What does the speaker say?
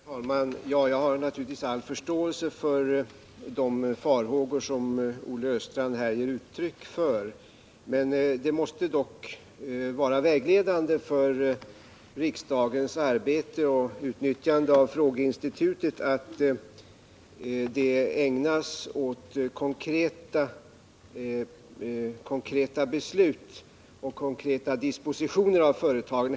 Herr talman! Jag har naturligtvis all förståelse för de farhågor som Olle Östrand ger uttryck för, men det måste vara vägledande för riksdagens arbete och för utnyttjande av frågeinstitutet att det ägnas åt konkreta beslut, konkreta dispositioner av företagen.